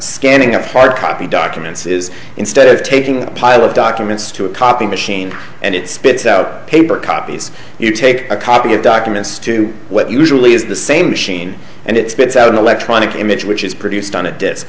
scanning a part probably documents is instead of taking a pile of documents to a copy machine and it spits out paper copies you take a copy of documents to what usually is the same machine and it spits out an electronic image which is produced on a di